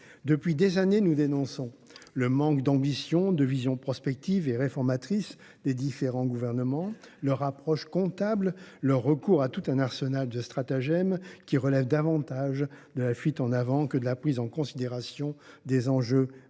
Depuis des années, nous dénonçons le manque d’ambition, de vision prospective et réformatrice des différents gouvernements, leur approche comptable, leur recours à tout un arsenal de stratagèmes qui relèvent davantage de la fuite en avant que de la prise en considération des enjeux des